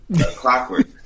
clockwork